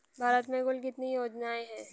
भारत में कुल कितनी योजनाएं हैं?